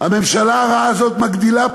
הממשלה הרעה הזאת מגדילה פערים,